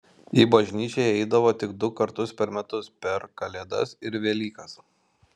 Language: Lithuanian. į bažnyčią jie eidavo tik du kartus per metus per kalėdas ir velykas